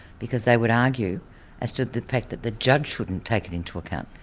because they would argue as to the fact that the judge shouldn't take it into account.